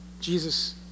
Jesus